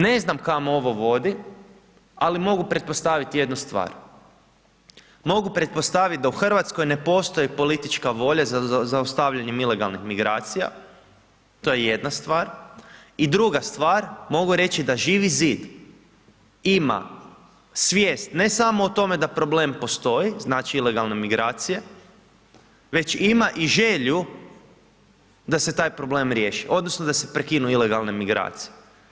Ne znam kamo ovo vodi, ali mogu pretpostaviti jednu stvar, mogu pretpostaviti da u Hrvatskoj ne postoji politička volja, zaustavljanjem ilegalnih migracija, to je jedna stvar i druga stvar, mogu reći da Živi zid ima svijest ne samo o tome da problem postoji, znači ilegalne migracije, već ima i želju da se taj problem riješi, odnosno, da se prekinu ilegalne migracije.